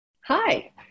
Hi